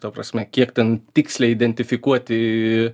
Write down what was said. ta prasme kiek ten tiksliai identifikuoti